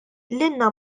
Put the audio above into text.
lilna